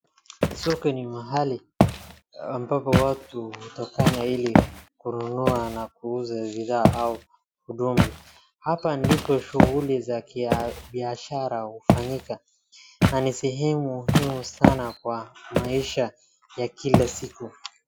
Soko ni mahali ambapo watu hukutana ili kununua na kuuza bidhaa au huduma. Hapa ndipo shughuli za kibiashara hufanyika na ni sehemu muhimu sana kwa maisha ya kila siku.